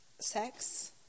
sex